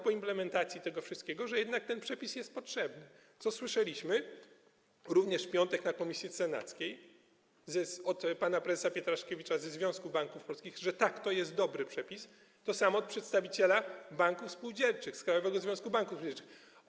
Po implementacji tego wszystkiego uznano, że ten przepis jest jednak potrzebny, co słyszeliśmy również w piątek na posiedzeniu komisji senackiej od pana prezesa Pietraszkiewicza ze Związku Banków Polskich, że tak, to jest dobry przepis, to samo od przedstawiciela banków spółdzielczych z Krajowego Związku Banków Spółdzielczych.